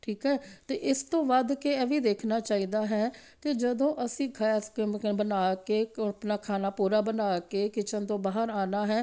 ਠੀਕ ਹੈ ਅਤੇ ਇਸ ਤੋਂ ਵੱਧ ਕਿ ਹੈ ਵੀ ਦੇਖਣਾ ਚਾਹੀਦਾ ਹੈ ਕਿ ਜਦੋਂ ਅਸੀਂ ਗੈਸ ਬਣਾ ਕੇ ਆਪਣਾ ਖਾਣਾ ਪੂਰਾ ਬਣਾ ਕੇ ਕਿਚਨ ਤੋਂ ਬਾਹਰ ਆਉਣਾ ਹੈ